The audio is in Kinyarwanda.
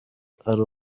ari